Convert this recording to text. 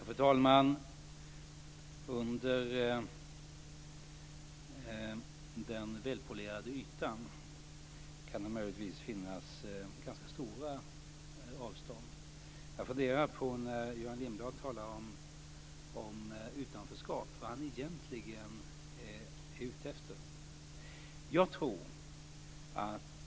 Fru talman! Under den välpolerade ytan kan det möjligen finnas ganska stora avstånd. Jag funderar på vad Göran Lindblad egentligen är ute efter när han talar om utanförskap.